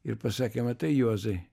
ir pasakė matai juozai